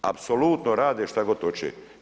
Apsolutno rade šta god hoće.